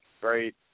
great